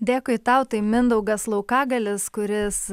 dėkui tau tai mindaugas laukagalius kuris